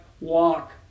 walk